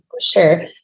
Sure